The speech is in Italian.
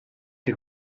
che